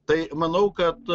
tai manau kad